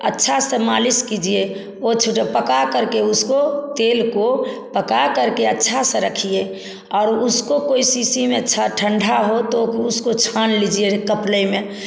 अच्छे से मालिश कीजिए वो थोड़ा पका करके उसको तेल को पका करके अच्छा से रखिए और उसको कोई शीशी में अच्छा ठंडा हो तो उसको छान लीजिए कपड़े में